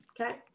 okay